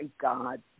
God